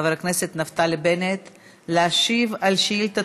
חבר הכנסת נפתלי בנט להשיב על שאילתה